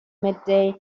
midday